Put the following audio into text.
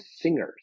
singers